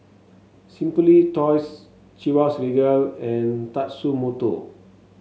Simply Toys Chivas Regal and Tatsumoto